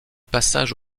passage